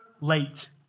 late